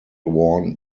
worn